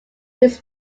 his